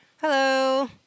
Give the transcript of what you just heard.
Hello